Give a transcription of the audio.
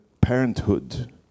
parenthood